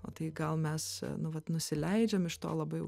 o tai gal mes nu vat nusileidžiam iš to labai